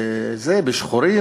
בשחורים,